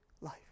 life